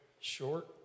short